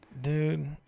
Dude